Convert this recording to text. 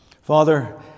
Father